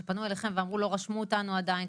שפנו אליכם ואמרו 'לא רשמו אותנו עדיין'.